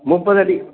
முப்பதடி